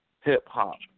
hip-hop